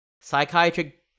psychiatric